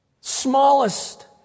Smallest